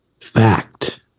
fact